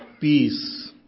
peace